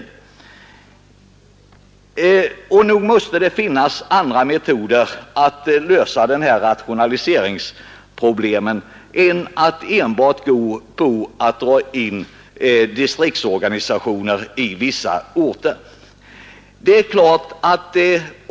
Och nog måste det finnas andra sätt att lösa rationaliseringsproblemen än genom att enbart dra in distriktsorganisationerna på vissa orter.